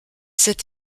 cette